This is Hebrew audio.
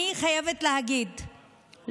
אני חייבת להגיד,